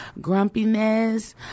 grumpiness